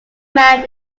man